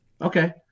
Okay